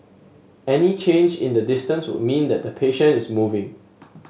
any change in the distance would mean that the patient is moving